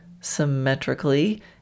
symmetrically